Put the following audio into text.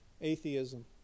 atheism